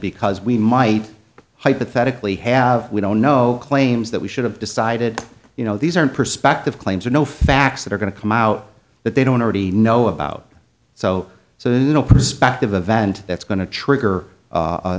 because we might hypothetically have we don't know claims that we should have decided you know these aren't perspective claims or no facts that are going to come out that they don't already know about so so there's no prospective event that's going to trigger